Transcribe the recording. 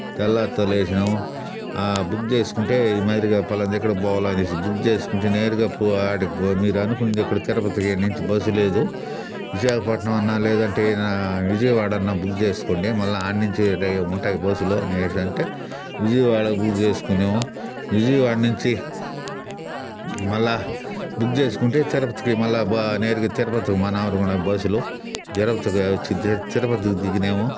తెల్లారితో లేసినాము బుక్ చేసుకుంటే ఈ మాదిరిగా ఫలానా దగ్గర పోవాలా అనేసి బుక్ చేసుకుంటే నేరుగా పోయి ఆడికి మీరు అనుకున్న దగ్గరికి తిరుపతికి ఇక్కడ నుంచి బస్సు లేదు విశాఖపట్నం అన్నా లేదంటే విజయవాడ అన్న బుక్ చేసుకోండి మళ్ళ అడ నుంచి ఉంటాయి బస్సులు అనేసి అంటే విజయవాడ బుక్ చేసుకున్నాము విజయవాడ నుంచి మళ్ళ బుక్ చేసుకుంటే తిరుపతికి మళ్ళ నేరుగా తిరుపతికి బస్సులు తిరుపతి వచ్చి తిరుపతికి దిగినాము